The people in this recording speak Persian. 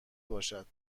باشد